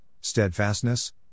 steadfastness